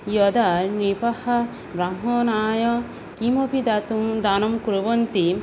यदा नृपः ब्राह्मणाय किमपि दातुं दानं कुर्वन्ति